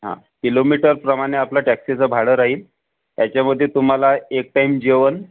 हा किलोमीटर प्रमाणे आपल्या टॅक्सीच भाडं राहील यांच्यामध्ये तुम्हाला एक टाइम जेवण